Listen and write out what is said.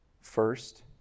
first